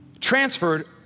transferred